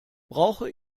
brauche